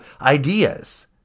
ideas